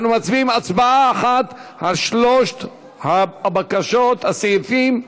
אנחנו מצביעים פעם אחת על שלוש הבקשות, הסעיפים.